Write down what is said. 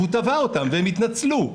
הוא תבע אותם והם התנצלו.